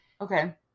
Okay